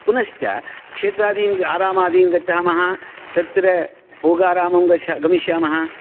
पुनश्च क्षेत्रादीन् आरामदीन् गच्छामः तत्र पूगारामं गमिष्यामः